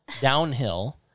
Downhill